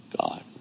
God